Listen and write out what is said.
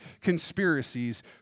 conspiracies